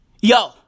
yo